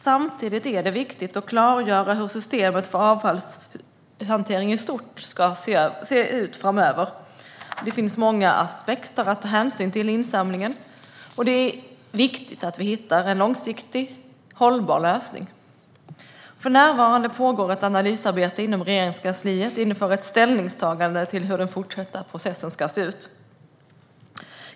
Samtidigt är det viktigt att klargöra hur systemet för avfallshantering i stort ska se ut framöver. Det finns många aspekter att ta hänsyn till i insamlingen, och det är viktigt att vi hittar en långsiktigt hållbar lösning. För närvarande pågår ett analysarbete inom Regeringskansliet inför ett ställningstagande till hur den fortsatta processen ska se ut.